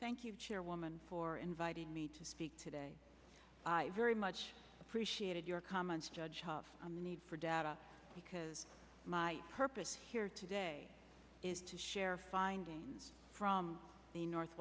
thank you chairwoman for inviting me to speak today very much appreciated your comments judge of the need for data because my purpose here today is to share findings from the north